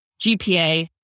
GPA